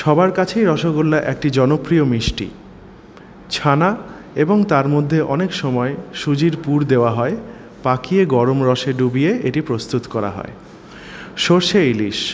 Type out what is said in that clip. সবার কাছেই রসগোল্লা একটি জনপ্রিয় মিষ্টি ছানা এবং তার মধ্যে অনেক সময় সুজির পুর দেওয়া হয় পাকিয়ে গরম রসে ডুবিয়ে এটি প্রস্তুত করা হয়